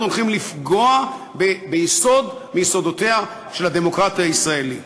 אנחנו הולכים לפגוע ביסוד מיסודותיה של הדמוקרטיה הישראלית,